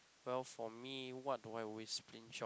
well for me what do I always stinge on